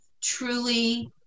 truly